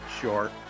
short